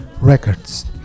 Records